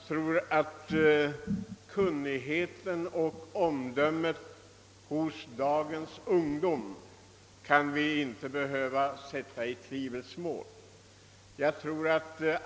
Kunnigheten och omdömet hos dagens ungdom behöver vi inte sätta i tvivelsmål.